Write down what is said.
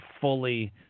fully